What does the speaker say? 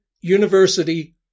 university